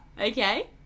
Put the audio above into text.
Okay